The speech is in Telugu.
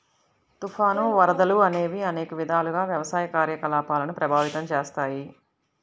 తుఫాను, వరదలు అనేవి అనేక విధాలుగా వ్యవసాయ కార్యకలాపాలను ప్రభావితం చేస్తాయి